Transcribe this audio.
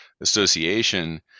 Association